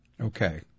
Okay